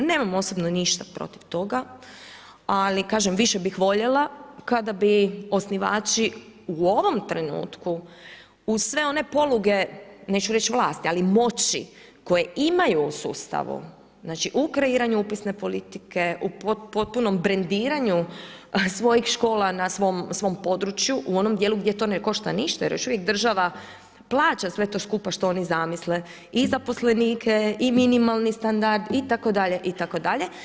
Nemam osobno ništa protiv toga, ali kažem više bih voljela kada bi osnivači u ovom trenutku uz sve one poluge, neću reći vlasti ali moći koje imaju u sustavu, znači u kreiranju upisne politike, u potpunom brendiranju svojih škola na svom području u onom dijelu gdje to ne košta ništa jer još uvijek država plaća sve to skupa što oni zamisle, i zaposlenike i minimalni standard itd., itd.